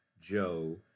Joe